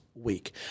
week